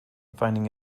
finding